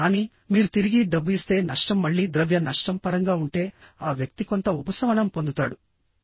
కానీ మీరు తిరిగి డబ్బు ఇస్తే నష్టం మళ్లీ ద్రవ్య నష్టం పరంగా ఉంటే ఆ వ్యక్తి కొంత ఉపశమనం పొందుతాడు